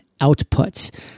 outputs